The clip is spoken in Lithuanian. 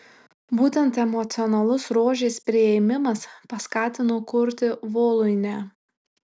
būtent emocionalus rožės priėmimas paskatino kurti voluinę